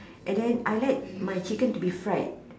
and then I like my chicken to be fried